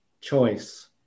choice